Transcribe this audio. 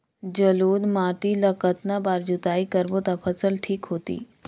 जलोढ़ माटी ला कतना बार जुताई करबो ता फसल ठीक होती?